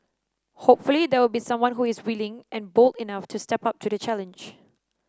hopefully there will be someone who is willing and bold enough to step up to the challenge